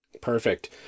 Perfect